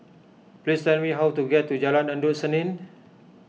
please tell me how to get to Jalan Endut Senin